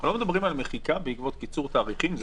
אנחנו מדברים על מחיקה בעקבות קיצור תאריכים?